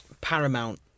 paramount